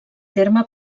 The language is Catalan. terme